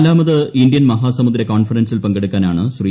നാലാമത് ഇൻഡ്യൻ മഹാസമുദ്ര കോൺഫറൻസ്ട്രിൽ പങ്കെടുക്കാനാണ് ശ്രീ